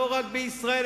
לא רק בישראל,